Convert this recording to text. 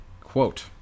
Quote